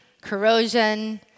corrosion